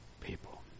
people